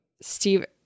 Steve